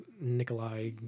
Nikolai